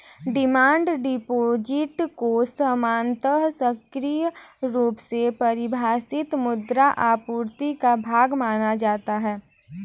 demand deposit को सामान्यतः संकीर्ण रुप से परिभाषित मुद्रा आपूर्ति का भाग माना जाता है